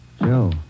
Joe